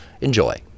Enjoy